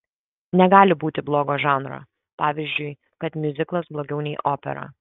negali būti blogo žanro pavyzdžiui kad miuziklas blogiau nei opera